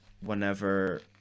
whenever